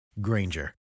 Granger